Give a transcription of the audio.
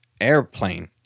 airplane